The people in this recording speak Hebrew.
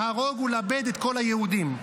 להרוג ולאבד את כל היהודים.